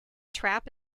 trap